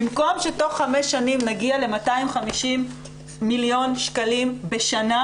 במקום שתוך 5 שנים נגיע ל-250 מיליון שקלים בשננה